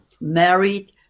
married